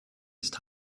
ist